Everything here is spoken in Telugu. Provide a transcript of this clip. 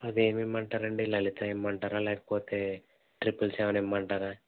అదేమీ ఇవ్వమంటారు అండి లలిత ఇమ్మంటారా లేకపోతే ట్రిపుల్ సెవెన్ ఇమ్మంటారా